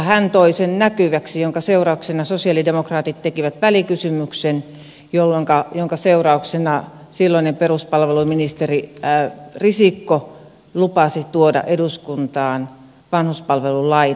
hän toi sen näkyväksi jonka seurauksena sosialidemokraatit tekivät välikysymyksen jonka seurauksena silloinen peruspalveluministeri risikko lupasi tuoda eduskuntaan vanhuspalvelulain